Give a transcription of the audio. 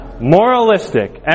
Moralistic